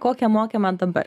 kokią moki man dabar